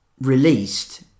released